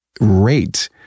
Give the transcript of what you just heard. rate